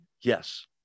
yes